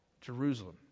Jerusalem